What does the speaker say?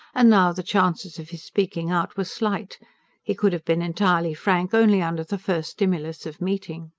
and now the chances of his speaking out were slight he could have been entirely frank only under the first stimulus of meeting.